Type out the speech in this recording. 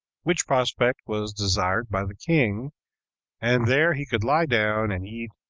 which prospect was desired by the king and there he could lie down, and eat,